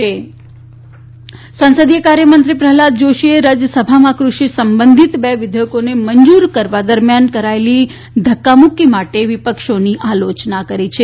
જોષી વિપક્ષ રાજયસભા સંસદીય કાર્યમંત્રી પ્રહલાદ જોશીએ રાજયસભામાં કૃષિ સંબંધિત બે વિધેયકોને મંજુર કરવા દરમિયાન કરાયેલી ધકકા મુકકી માટે વીપક્ષોની આલોચના કરી છે